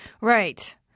Right